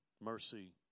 mercy